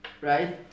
Right